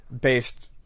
based